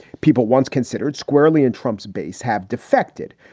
people once considered squarely in trump's base, have defected.